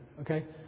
okay